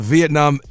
Vietnam